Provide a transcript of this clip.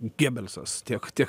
gebelsas tiek tiek